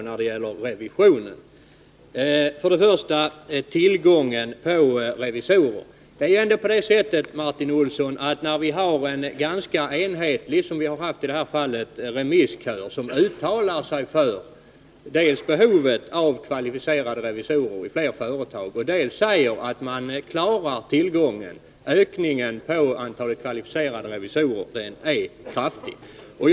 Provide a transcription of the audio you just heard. När det gäller tillgången på revisorer har en ganska enhällig remisskör dels uttalat sig för behovet av kvalificerade revisorer i fler företag, dels sagt att tillgången på revisorer är tillräcklig och att antalet kvalificerade revisorer ökar kraftigt.